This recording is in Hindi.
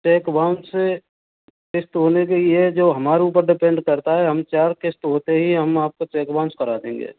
चेक बाउंस किस्त होने के लिए जो हमारे ऊपर डिपेंड करता है हम चार किस्त होते ही हम आपको चेक बाउंस करा देंगे